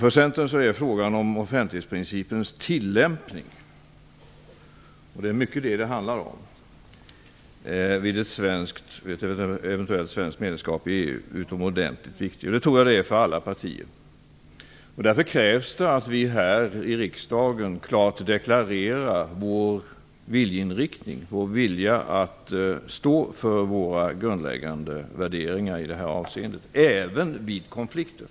För Centern är frågan om offentlighetsprincipens tillämpning - det är mycket det det handlar om - vid ett eventuellt svenskt medlemskap i EU utomordentligt viktig. Det tror jag gäller för alla partier. Därför krävs att vi här i riksdagen klart deklarerar vår viljeinriktning, vår vilja att stå för våra grundläggande värderingar i det här avseendet, även vid konflikter.